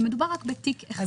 כי מדובר רק בתיק אחד.